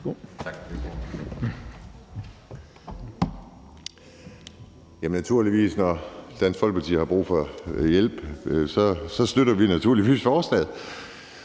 Tak for det, formand. Når Dansk Folkeparti har brug for hjælp, støtter vi naturligvis forslaget.